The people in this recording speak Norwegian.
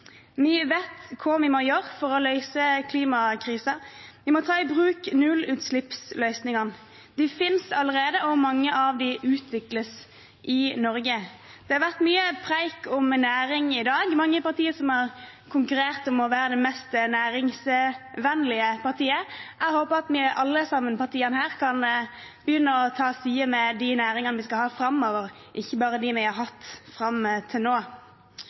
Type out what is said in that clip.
Vi vet hva vi må gjøre for å løse klimakrisen. Vi må ta i bruk nullutslippsløsningene. De finnes allerede, og mange av dem utvikles i Norge. Det har vært mye prat om næring i dag. Mange partier har konkurrert om å være det mest næringsvennlige partiet. Jeg håper at alle partiene her kan begynne å ta side med de næringene vi skal ha framover, ikke bare med dem vi har hatt fram til nå.